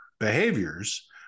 behaviors